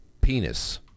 penis